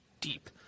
deep